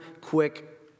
quick